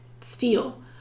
steel